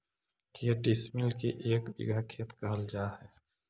के डिसमिल के एक बिघा खेत कहल जा है?